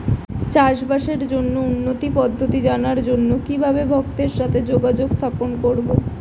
চাষবাসের জন্য উন্নতি পদ্ধতি জানার জন্য কিভাবে ভক্তের সাথে যোগাযোগ স্থাপন করব?